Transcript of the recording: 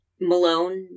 Malone